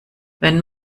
wenn